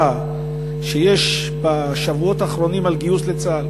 שיש בשבועות האחרונים על גיוס לצה"ל.